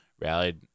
rallied